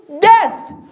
death